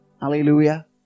Hallelujah